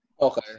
okay